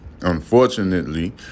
Unfortunately